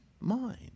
mind